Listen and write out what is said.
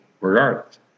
Regardless